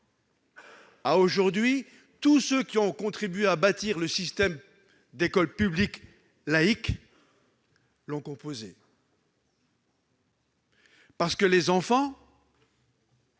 aujourd'hui, tous ceux qui ont contribué à bâtir le système de l'école publique laïque l'ont composé de cette façon.